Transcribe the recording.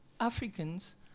Africans